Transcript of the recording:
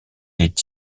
est